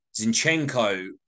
Zinchenko